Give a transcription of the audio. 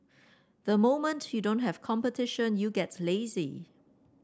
the moment you don't have competition you get lazy